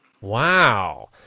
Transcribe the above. Wow